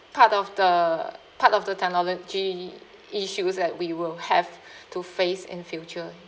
part of the part of the technology issues that we will have to face in future